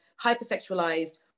hypersexualized